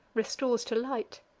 restores to light.